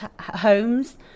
homes